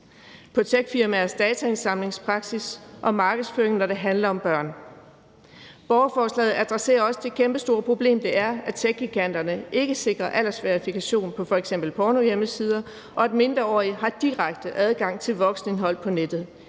på techfirmaernes dataindsamlingspraksis og på markedsføring, når det handler om børn. Borgerforslaget adresserer også det kæmpestore problem, det er, at techgiganterne ikke sikrer aldersverificering på f.eks. pornohjemmesider, og at mindreårige har direkte adgang til voksenindhold på nettet